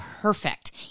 perfect